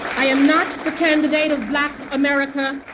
i am not the candidate of black america,